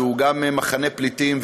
שהוא גם מחנה פליטים,